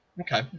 okay